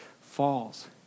falls